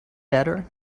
better